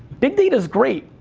big data's great,